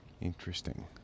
Interesting